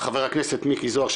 חבר הכנסת מיקי זוהר,